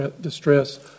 distress